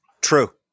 True